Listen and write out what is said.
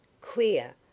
Queer